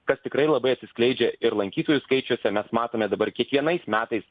kas tikrai labai atsiskleidžia ir lankytojų skaičiuose mes matome dabar kiekvienais metais